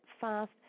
Fast